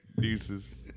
deuces